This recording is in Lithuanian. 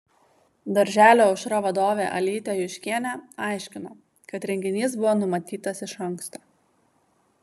darželio aušra vadovė alytė juškienė aiškino kad renginys buvo numatytas iš anksto